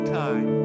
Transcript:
time